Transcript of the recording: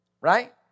Right